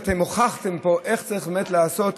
ואתם הוכחתם פה איך צריך לעשות,